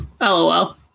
Lol